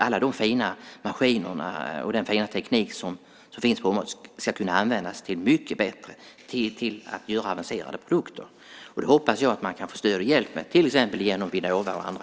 Alla fina maskiner och den fina teknik som finns på området ska kunna användas till något mycket bättre, till att göra avancerade produkter. Det hoppas jag att man kan få stöd för och hjälp med till exempel genom Vinnova.